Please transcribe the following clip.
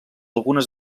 algunes